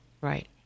right